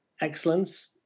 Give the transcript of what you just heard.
excellence